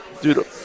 dude